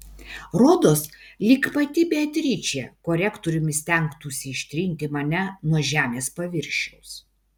rodos lyg pati beatričė korektoriumi stengtųsi ištrinti mane nuo žemės paviršiaus